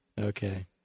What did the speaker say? Okay